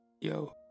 yo